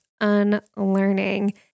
Unlearning